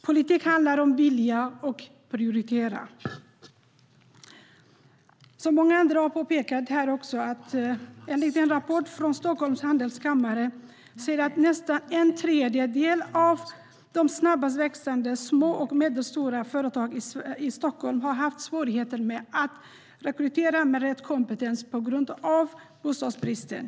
Politik handlar om vilja och prioriteringar. Som många andra har påpekat här säger en liten rapport från Stockholms Handelskammare att nästan en tredjedel av de snabbast växande små och medelstora företagen i Stockholm har haft svårigheter med att rekrytera med rätt kompetens på grund av bostadsbristen.